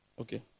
Okay